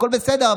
הכול בסדר,